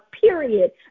period